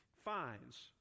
finds